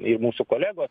ir mūsų kolegos